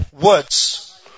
words